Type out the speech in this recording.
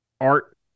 art